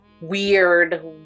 weird